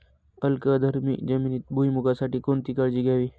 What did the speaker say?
अल्कधर्मी जमिनीत भुईमूगासाठी कोणती काळजी घ्यावी?